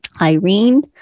Irene